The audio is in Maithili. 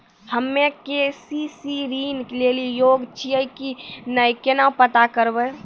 हम्मे के.सी.सी ऋण लेली योग्य छियै की नैय केना पता करबै?